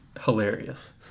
hilarious